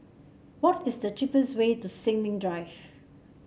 what is the cheapest way to Sin Ming Drive